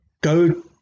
go